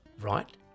right